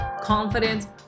confidence